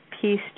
peace